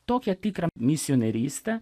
tokia tikra misionierystė